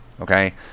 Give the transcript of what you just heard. okay